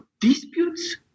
disputes